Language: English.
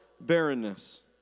barrenness